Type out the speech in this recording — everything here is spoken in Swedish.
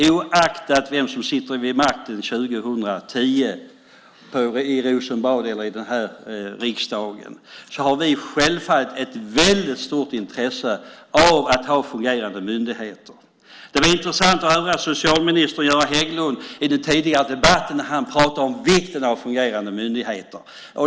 Oaktat vem som sitter vid makten 2010, det gäller både Rosenbad och riksdagen, har vi självfallet stort intresse av att ha fungerande myndigheter. Det var intressant att höra socialminister Göran Hägglund i den tidigare debatten tala om vikten av fungerande myndigheter.